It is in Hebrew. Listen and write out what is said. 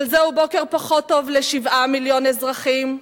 אבל זהו בוקר פחות טוב ל-7 מיליון אזרחים,